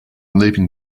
leaving